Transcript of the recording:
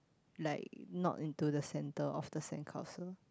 like not into the centre of the sandcastle